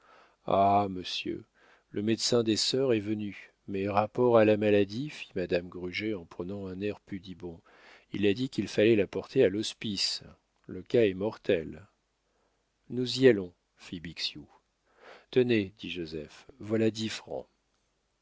ah monsieur le médecin des sœurs est venu mais rapport à la maladie fit madame gruget en prenant un air pudibond il a dit qu'il fallait la porter à l'hospice le cas est mortel nous y allons fit bixiou tenez dit joseph voilà dix francs